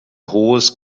hohes